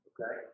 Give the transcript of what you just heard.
Okay